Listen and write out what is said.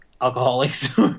alcoholics